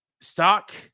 stock